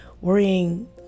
Worrying